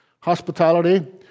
Hospitality